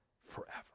forever